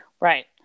Right